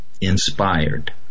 inspired